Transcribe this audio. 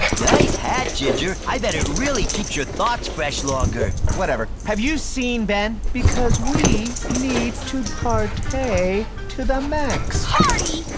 nice hat, ginger. i bet it really keeps your thoughts fresh longer. whatever. have you seen ben? because we need to par-tay to the max. party?